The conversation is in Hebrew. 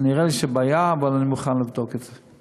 נראה לי שזו בעיה, אבל אני מוכן לבדוק את זה.